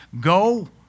go